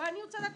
אני רוצה לדעת,